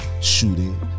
shooting